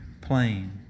plain